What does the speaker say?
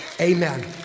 Amen